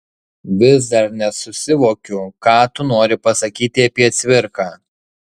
vis dar nesusivokiu ką tu nori pasakyti apie cvirką